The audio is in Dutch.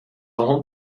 hond